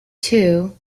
two